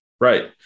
Right